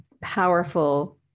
powerful